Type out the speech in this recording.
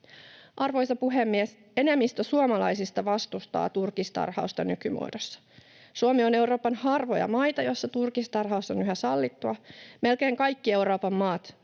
Arvoisa puhemies! Enemmistö suomalaisista vastustaa turkistarhausta nykymuodossa. Suomi on Euroopan harvoja maita, joissa turkistarhaus on yhä sallittua. Melkein kaikki Euroopan maat